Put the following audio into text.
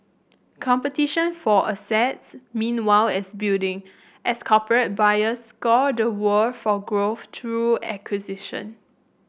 competition for assets meanwhile as building as corporate buyers scour the world for growth through acquisition